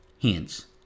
Hence